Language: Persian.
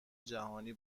جهانی